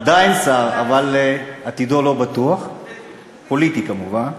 עדיין שר, אבל עתידו לא בטוח, פוליטית, כמובן.